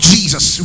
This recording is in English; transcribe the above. Jesus